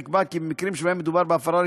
נקבע כי במקרים שבהם מדובר בהפרה ראשונה,